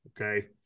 Okay